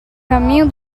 caminho